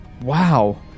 Wow